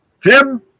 Jim